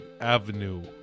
avenue